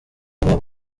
bimwe